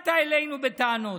באת אלינו בטענות